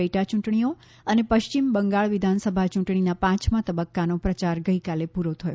પેટાયૂટણીઓ અને પશ્ચિમ બંગાળ વિધાનસભા યૂંટણીના પાંચમા તબક્કાનો પ્રચાર ગઈકાલે પૂરો થયો